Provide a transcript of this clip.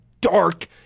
dark